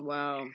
Wow